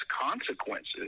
consequences